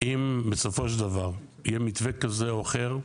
אם בסופו של דבר יהיה מתווה כזה או אחר,